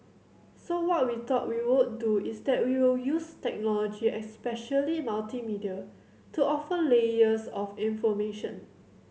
so what we thought we would do is that we will use technology especially multimedia to offer layers of information